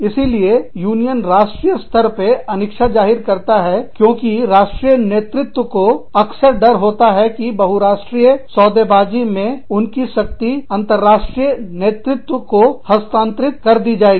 इसीलिए यूनियन राष्ट्रीय स्तर पर अनिच्छा जाहिर करता है क्योंकि राष्ट्रीय नेतृत्व को अक्सर डर होता है कि बहुराष्ट्रीय सौदेबाजी सौदेकारी मे उनकी शक्ति अंतर्राष्ट्रीय नेतृत्व को हस्तांतरित कर दी जाएगी